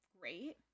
great